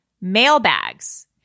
mailbags